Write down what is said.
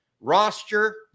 roster